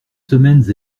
semaines